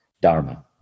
dharma